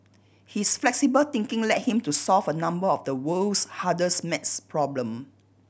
his flexible thinking led him to solve a number of the world's hardest math problem